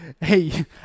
hey